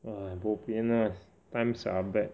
ah bo pian lah times are bad